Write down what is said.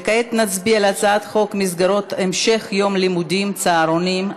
וכעת נצביע על הצעת חוק מסגרות המשך יום לימודים (צהרונים),